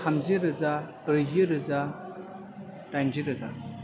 थामजिरोजा ब्रैजिरोजा दाइनजिरोजा